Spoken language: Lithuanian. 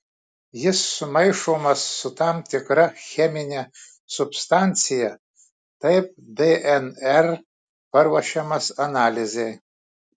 jis sumaišomas su tam tikra chemine substancija taip dnr paruošiamas analizei